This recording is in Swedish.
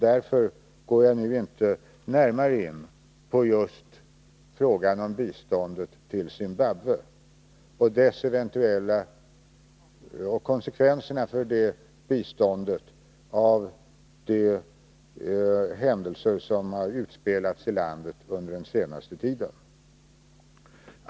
Därför går jag nu inte närmare in på just frågan om biståndet till Zimbabwe och konsekvenserna för det biståndet av de händelser som har utspelats i landet under den senaste tiden.